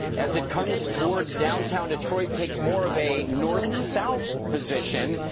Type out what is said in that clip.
as it comes toward downtown detroit, takes more of a north south position,